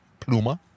Pluma